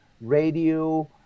radio